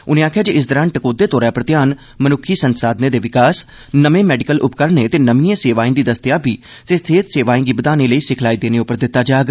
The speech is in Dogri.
उनें आखेआ जे इस दौरान टकोह्दा तौरा पर ध्यान मनुक्खी संसाधनें दे विकास नमें मैडिकल उपकरणे ते नमिएं सेवाएं दी दस्तयाबी ते सेहत सेवाएं गी बधाने लेई सिखलाई देने पर दित्ता जाग